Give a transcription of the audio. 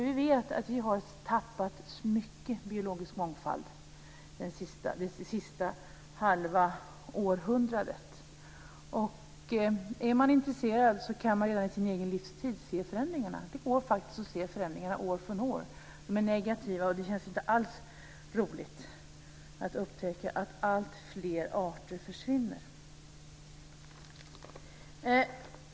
Vi vet att vi har tappat mycket biologisk mångfald det senaste halva århundradet. Är man intresserad kan man redan i sin egen livstid se förändringarna. Det går faktiskt att se förändringarna år från år. De är negativa, och det känns inte alls roligt att upptäcka att alltfler arter försvinner.